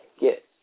get